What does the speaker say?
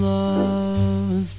love